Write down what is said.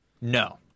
No